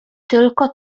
tylko